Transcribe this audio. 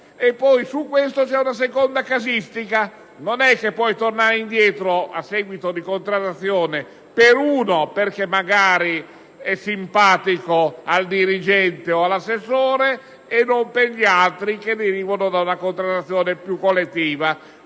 forma anche una seconda casistica: non si può tornare indietro a seguito di contrattazione per un singolo individuo, perché magari è simpatico al dirigente o all'assessore, e non per gli altri che derivano da una contrattazione più collettiva.